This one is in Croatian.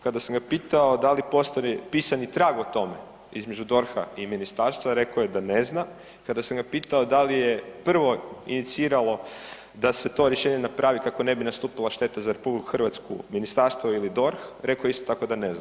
Kada sam ga pitao da li postoji pisani trag o tome, između DORH-a i ministarstva rekao je da ne zna, kada sam ga pitao da li je prvo iniciralo da se to rješenje napravi kako ne bi nastupila šteta za RH, ministarstvo ili DORH rekao je isto da ne zna.